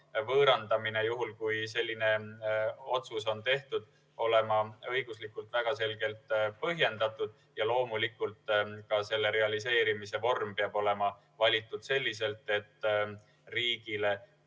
võõrandamine, juhul kui selline otsus on tehtud, olema õiguslikult väga selgelt põhjendatud ja loomulikult ka selle realiseerimise vorm peab olema valitud selliselt, et riigile